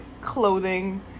clothing